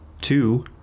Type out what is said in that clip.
Two